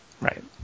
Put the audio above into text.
Right